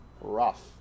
rough